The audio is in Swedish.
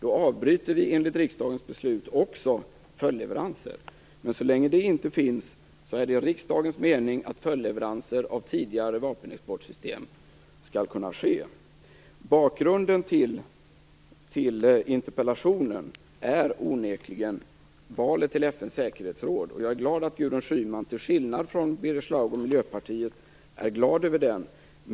Då avbryter vi enligt riksdagens beslut också följdleveranser. Så länge ett embargo inte utfärdats är det dock riksdagens mening att följdleveranser av tidigare vapenexportsystem skall kunna ske. Bakgrunden till interpellationen är onekligen valet till FN:s säkerhetsråd, och jag är glad att Gudrun Schyman till skillnad från Birger Schlaug och Miljöpartiet är glad över utfallet.